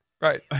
Right